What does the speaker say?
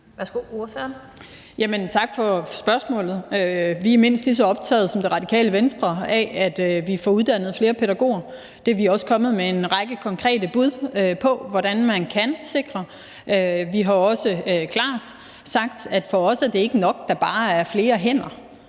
Tak for spørgsmålet. Vi er mindst lige så optaget som Radikale Venstre af, at vi får uddannet flere pædagoger. Det er vi også kommet med en række konkrete bud på hvordan man kan sikre. Vi har også klart sagt, at for os er det ikke nok, at der bare er flere hænder.